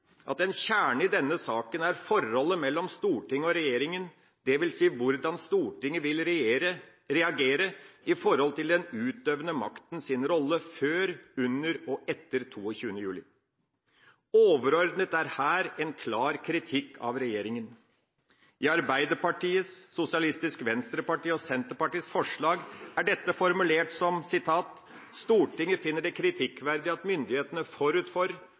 at en kjerne i denne saken er forholdet mellom Stortinget og regjeringa, dvs. hvordan Stortinget vil reagere på den utøvende maktens rolle før, under og etter 22. juli. Overordnet er her en klar kritikk av regjeringa. I Arbeiderpartiet, Sosialistisk Venstreparti og Senterpartiets forslag er dette formulert som: «Stortinget finner det kritikkverdig at myndighetene forut for